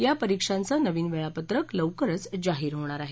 या परीक्षांचं नवीन वेळापत्रक लवकरच जाहीर होणार आहे